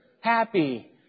happy